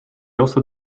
also